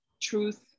truth